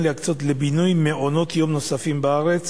להקצות לבינוי מעונות-יום נוספים בארץ